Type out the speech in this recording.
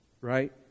Right